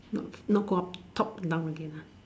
not not go up top down again ah